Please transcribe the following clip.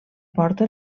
porta